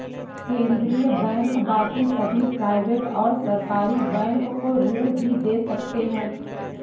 केन्द्रीय बैंक बाकी सभी प्राइवेट और सरकारी बैंक को ऋण भी दे सकते हैं